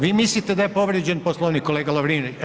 Vi mislite da je povrijeđen Poslovnik kolega Lovrinović?